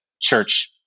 church